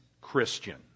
Christian